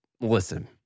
listen